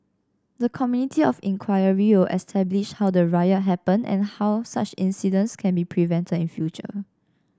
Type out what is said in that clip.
the committee of inquiry will establish how the riot happened and how such incidents can be prevented in future